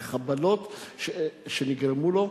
והחבלות שנגרמו לו,